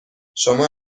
شما